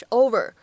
over